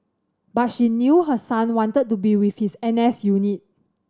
but she knew her son wanted to be with his N S unit